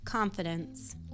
Confidence